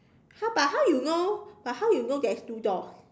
!huh! but how you know but how you know there is two door